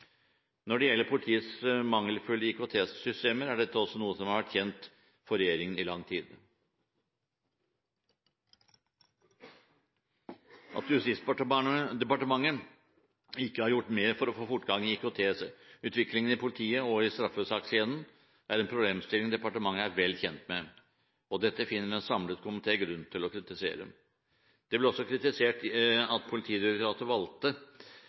Når det gjelder politiets mangelfulle IKT-systemer, er dette også noe som har vært kjent for regjeringen i lang tid. At Justisdepartementet ikke har gjort mer for å få fortgang i IKT-utviklingen i politiet og i straffesakskjeden, er en problemstilling departementet er vel kjent med. Dette finner en samlet komité grunn til å kritisere. Det ble også kritisert at Politidirektoratet valgte